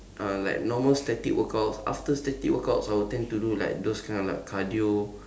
um like normal static workouts after static workouts I will tend to do like those kind of like cardio